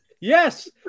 Yes